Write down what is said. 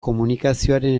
komunikazioaren